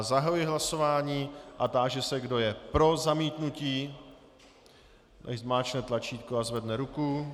Zahajuji hlasování a táži se, kdo je pro zamítnutí, nechť zmáčkne tlačítko a zvedne ruku.